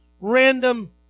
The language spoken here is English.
random